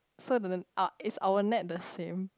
so didn't uh is our net the same